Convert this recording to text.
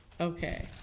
Okay